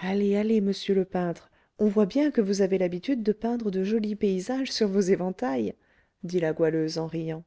allez allez monsieur le peintre on voit bien que vous avez l'habitude de peindre de jolis paysages sur vos éventails dit la goualeuse en riant